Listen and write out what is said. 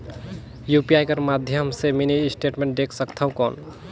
UPI कर माध्यम से मिनी स्टेटमेंट देख सकथव कौन?